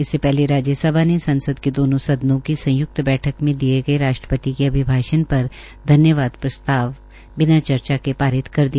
इससे पहले राज्य सभा ने संसद के दोनों सदनों की संयुक्त बैठक में दिए गये राष्ट्रपति के अभिभाषण पर धन्यवाद प्रस्ताव चर्चा के पारित कर दिया